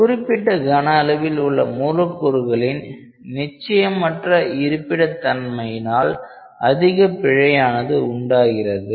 ஒரு குறிப்பிட்ட கன அளவில் உள்ள மூலக்கூறுகளின் நிச்சயமற்ற இருப்பிட தன்மையினால் அதிக பிழையானது உண்டாகிறது